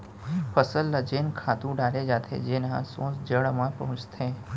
फसल ल जेन खातू डाले जाथे तेन ह सोझ जड़ म पहुंचथे